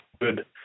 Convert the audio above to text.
good